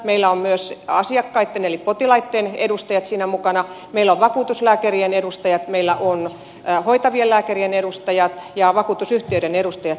meillä on myös asiakkaitten eli potilaitten edustajat siinä mukana meillä on vakuutuslääkärien edustajat meillä on hoitavien lääkärien edustajat ja vakuutusyhtiöiden edustajat